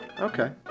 okay